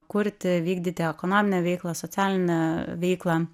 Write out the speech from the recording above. kurti vykdyti ekonominę veiklą socialinę veiklą